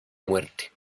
muerte